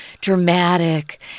dramatic